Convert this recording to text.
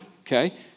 Okay